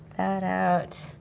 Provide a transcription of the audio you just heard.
that out,